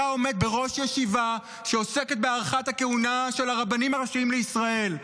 אתה עומד בראש ישיבה שעוסקת בהארכת הכהונה של הרבנים הראשיים לישראל.